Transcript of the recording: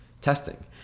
testing